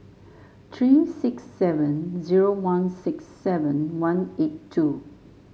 three six seven zero one six seven one eight two